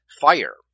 fire